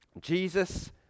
Jesus